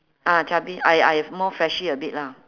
ah chubby I I more fleshy a bit lah